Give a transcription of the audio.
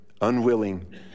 unwilling